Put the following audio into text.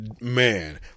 man